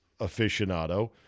aficionado